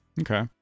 Okay